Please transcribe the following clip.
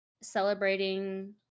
celebrating